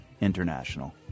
International